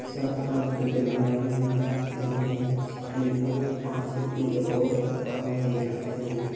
सौर सूजला योजना म तीन एच.पी अउ पाँच एच.पी के बोर पंप दे जाथेय